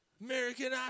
American